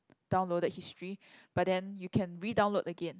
downloaded history but then you can redownload again